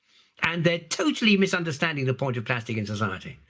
and they're totally misunderstanding the point of plastic in society.